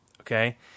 Okay